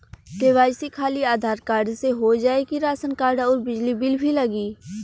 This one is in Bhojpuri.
के.वाइ.सी खाली आधार कार्ड से हो जाए कि राशन कार्ड अउर बिजली बिल भी लगी?